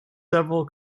several